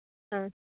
ಹಾಂ